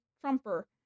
trumper